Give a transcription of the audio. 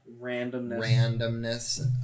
randomness